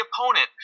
opponent